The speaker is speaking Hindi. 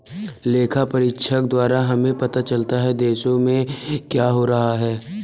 लेखा परीक्षक द्वारा हमें पता चलता हैं, देश में क्या हो रहा हैं?